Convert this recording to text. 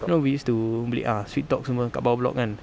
you know we used to beli ah sweet talk semua kat bawah block kan